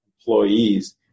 employees